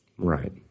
Right